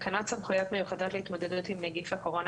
תקנות סמכויות מיוחדות להתמודדות עם נגיף הקורונה